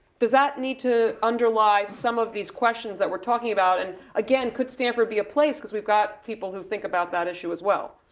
does that need to underlie some of these questions that we're talking about? and again, could stanford be a place, cuz we've got people who think about that issue as well?